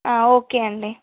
okay అండి